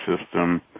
system